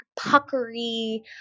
puckery